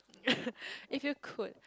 if you could